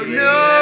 no